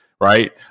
right